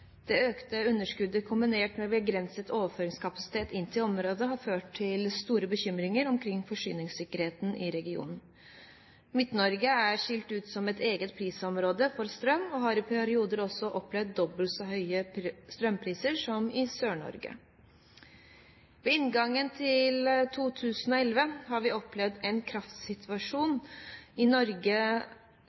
Det økte underskuddet kombinert med begrenset overføringskapasitet inn til området har ført til stor bekymring omkring forsyningssikkerheten i regionen. Midt-Norge er skilt ut som et eget prisområde for strøm og har i perioder også opplevd dobbelt så høye strømpriser som i Sør-Norge. Ved inngangen til 2011 har vi opplevd en kraftsituasjon i Norge